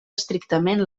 estrictament